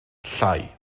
llai